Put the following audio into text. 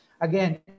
again